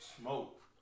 Smoke